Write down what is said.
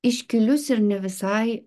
iškilius ir ne visai